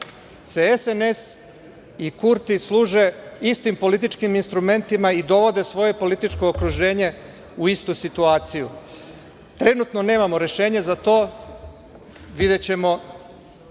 se SNS i Kurti služe istim političkim instrumentima i dovode svoje političko okruženje u istu situaciju. Trenutno nemamo rešenje za to, videćemo